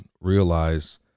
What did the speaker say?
realize